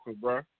bro